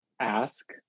ask